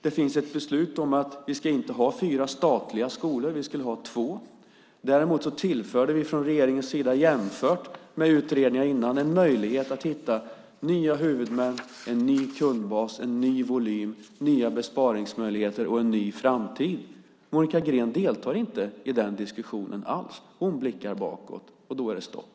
Det finns ett beslut om att vi inte ska ha fyra statliga skolor, utan två. Däremot tillförde vi från regeringens sida jämfört med tidigare utredningar en möjlighet att hitta nya huvudmän, en ny kundbas, en ny volym, nya besparingsmöjligheter och en ny framtid. Monica Green deltar inte alls i den diskussionen. Hon blickar bakåt, och då är det stopp.